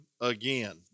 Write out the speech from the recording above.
again